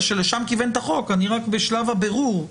זאת הפרשנות,